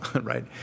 right